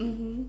mmhmm